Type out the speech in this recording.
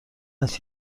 است